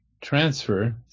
transfer